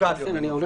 מורכב יותר.